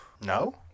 No